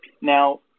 Now